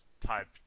type